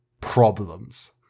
problems